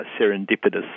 serendipitous